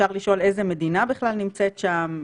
אפשר לשאול איזו מדינה בכלל נמצאת שם.